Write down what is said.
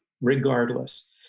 regardless